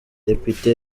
depite